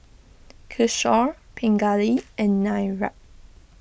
Kishore Pingali and Niraj